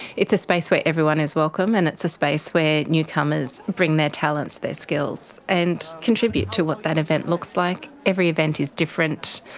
it's a space where everyone is welcome and it's a space where newcomers bring their talents, their skills and contribute to what that event looks like, every event is different.